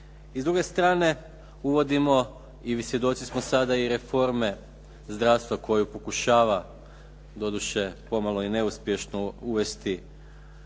I s druge strane uvodimo i svjedoci smo sada i reforme zdravstva koju pokušava, doduše pomalo i neuspješno uvesti